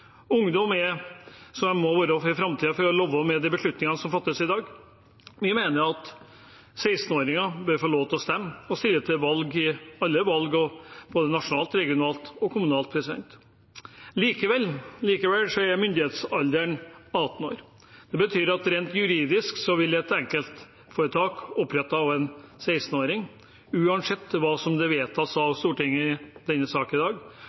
Ungdom er de som er framtida, og som må leve med de beslutningene som fattes i dag. Vi mener at 16-åringer bør få lov til å stemme og å stille til valg i alle valg både nasjonalt, regionalt og kommunalt. Likevel er myndighetsalderen 18 år. Det betyr at rent juridisk vil en 16-åring som oppretter et enkeltpersonforetak, uansett hva som vedtas av Stortinget i denne saken i dag,